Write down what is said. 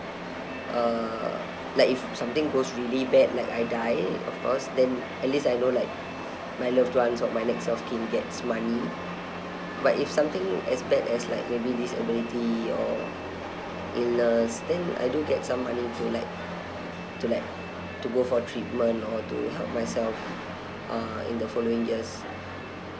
uh like if something goes really bad like I die of course then at least I know like my loved ones or my next-of-kin gets money but if something as bad as like maybe disability or illness then I do get some money to like to like to go for treatment or to help myself uh in the following years